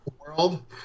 World